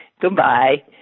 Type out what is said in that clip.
Goodbye